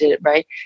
right